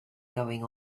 going